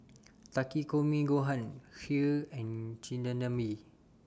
Takikomi Gohan Kheer and Chigenabe